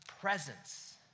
presence